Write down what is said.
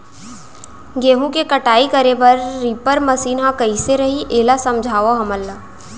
गेहूँ के कटाई करे बर रीपर मशीन ह कइसे रही, एला समझाओ हमन ल?